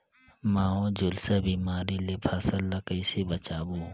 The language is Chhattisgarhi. महू, झुलसा बिमारी ले फसल ल कइसे बचाबो?